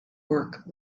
work